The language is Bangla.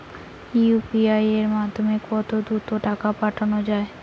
ইউ.পি.আই এর মাধ্যমে কত দ্রুত টাকা পাঠানো যায়?